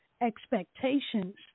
expectations